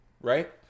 right